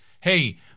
hey